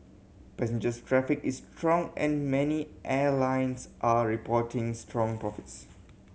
passengers traffic is strong and many airlines are reporting strong profits